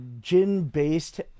gin-based